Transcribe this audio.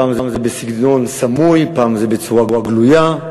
פעם זה בסגנון סמוי, פעם זה בצורה גלויה.